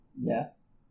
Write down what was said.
Yes